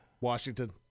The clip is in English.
Washington